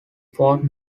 fought